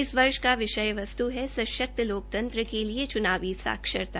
इस वर्ष का विषय वस्तु हैः सशक्त लोकतंत्र के लिए चुनावी साक्षरता